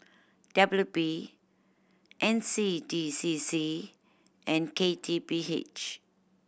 W P N C D C C and K T P H